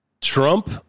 Trump